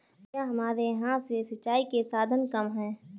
क्या हमारे यहाँ से सिंचाई के साधन कम है?